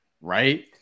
right